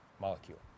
Molecule